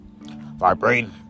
Vibrating